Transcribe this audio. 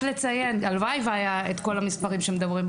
הלוואי והיו כל המספרים שמדברים עליהם,